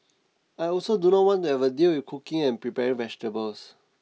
I also do not want to have to deal with cooking and prepare vegetables